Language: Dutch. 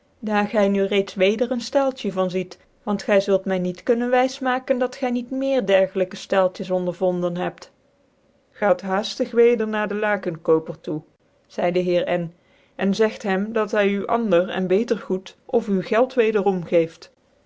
daar gy na reeds weder een taaltje van ziet want gy zult my niet kunnen wys maken dat gyniet meer diergelyke taaltjes ondervonden hebt gaat haaftig weder na de lakcnkopcr toe zyde dc heer n cn zegt dat hy u ander en beter goed ofuw geld wederom geeft